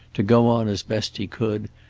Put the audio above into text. to go on as best he could,